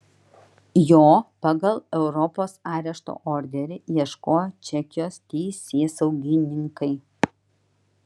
jo pagal europos arešto orderį ieškojo čekijos teisėsaugininkai